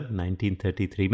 1933